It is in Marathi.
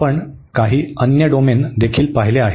आपण काही अन्य डोमेन देखील पाहिले आहेत